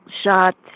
shot